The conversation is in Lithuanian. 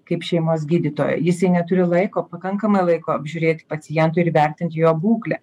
kaip šeimos gydytojo jisai neturi laiko pakankamai laiko apžiūrėt pacientui ir įvertint jo būklę